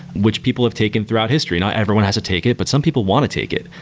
which people have taken throughout history, and everyone has to take it, but some people want to take it.